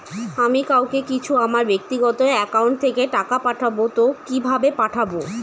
আমি কাউকে কিছু আমার ব্যাক্তিগত একাউন্ট থেকে টাকা পাঠাবো তো কিভাবে পাঠাবো?